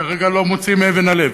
וכרגע לא מוצאים אבן על אבן.